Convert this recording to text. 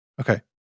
Okay